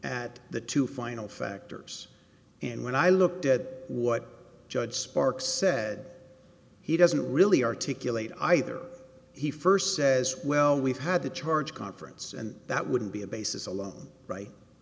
at the two final factors and when i looked at what judge sparks said he doesn't really articulate either he first says well we've had a charge conference and that wouldn't be a basis alone right